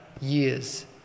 years